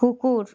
কুকুর